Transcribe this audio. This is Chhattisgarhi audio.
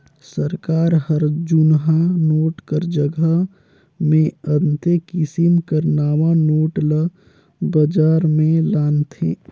सरकार हर जुनहा नोट कर जगहा मे अन्ते किसिम कर नावा नोट ल बजार में लानथे